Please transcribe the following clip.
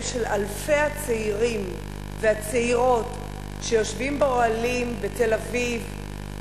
של אלפי הצעירים והצעירות שיושבים באוהלים בתל-אביב,